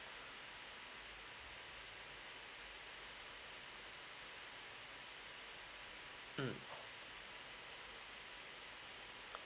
mm